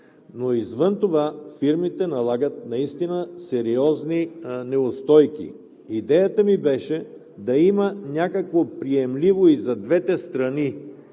но извън това фирмите налагат наистина сериозни неустойки. Идеята ми беше да има някакъв приемлив и за двете страни